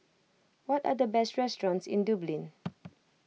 what are the best restaurants in Dublin